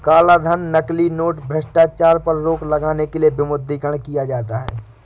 कालाधन, नकली नोट, भ्रष्टाचार पर रोक लगाने के लिए विमुद्रीकरण किया जाता है